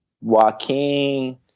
Joaquin